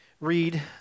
read